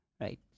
right